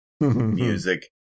music